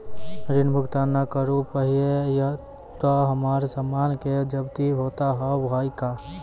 ऋण भुगतान ना करऽ पहिए तह हमर समान के जब्ती होता हाव हई का?